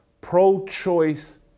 pro-choice